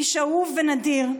איש אהוב ונדיר,